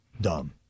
dumb